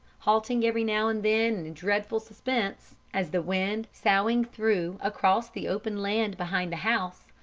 halting every now and then in dreadful suspense as the wind, soughing through across the open land behind the house,